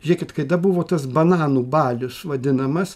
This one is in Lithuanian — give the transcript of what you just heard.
žėkit kaida buvo tas bananų balius vadinamas